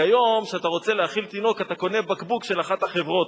כי היום כשאתה רוצה להאכיל תינוק אתה קונה בקבוק של אחת החברות,